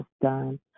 done